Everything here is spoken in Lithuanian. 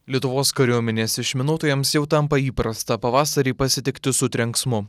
lietuvos kariuomenės išminuotojams jau tampa įprasta pavasarį pasitikti su trenksmu